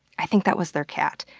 i think that was their cat.